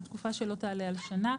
לתקופה שלא תעלה על שנה,